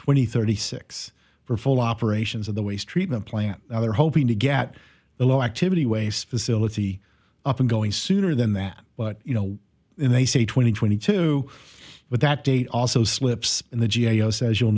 twenty thirty six for full operations of the waste treatment plant they're hoping to get the low activity waste facility up and going sooner than that but you know they say twenty twenty two but that date also slips in the g a o says you'll